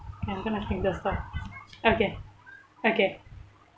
I'm going to click the stop okay okay